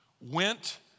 went